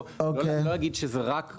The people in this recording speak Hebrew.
לא להגיד שזה רק קשור לקורונה.